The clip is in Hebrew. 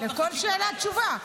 רק רגע, לכל שאלה תשובה.